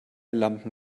lampen